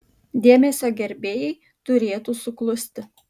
dėmesio gerbėjai turėtų suklusti